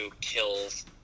kills